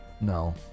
No